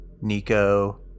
Nico